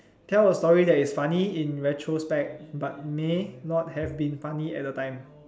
tell a story that is funny in retrospect but may not have been funny at the time